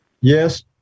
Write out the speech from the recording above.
Yes